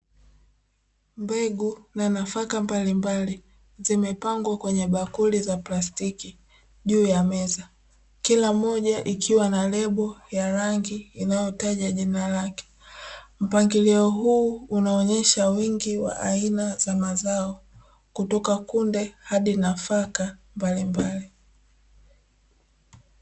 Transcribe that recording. Mbegu na nafaka mbalimbali. Zimepangwa kwenye bakuli za plastiki juu ya meza. Kila moja ikiwa na lebo ya rangi inayoonyesha jina lake. Mpangilio huu unaonyesha wingi wa aina za mazao, kutoka kunde hadi nafaka mbalimbali.